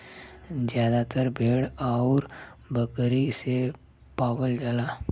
जादातर भेड़ आउर बकरी से पावल जाला